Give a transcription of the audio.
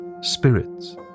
spirits